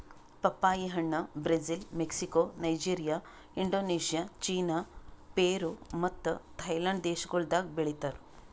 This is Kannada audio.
ಪಪ್ಪಾಯಿ ಹಣ್ಣ್ Brazil, Mexico, Nigeria, Indonesia, China, Peru ಮತ್ತ ಥೈಲ್ಯಾಂಡ್ ದೇಶಗೊಳ್ದಾಗ್ ಬೆಳಿತಾರ್